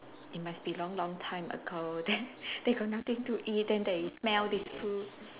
it must be long long time ago then they got nothing to eat then they smell this food